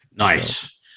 Nice